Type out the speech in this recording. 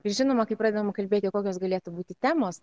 ir žinoma kai pradedam kalbėti o kokios galėtų būti temos